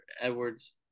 Edwards